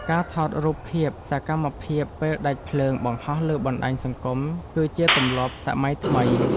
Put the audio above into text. ការថតរូបភាពសកម្មភាពពេលដាច់ភ្លើងបង្ហោះលើបណ្តាញសង្គម គឺជាទម្លាប់សម័យថ្មី។